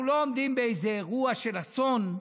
אנחנו לא עומדים באיזה אירוע של אסון,